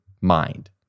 mind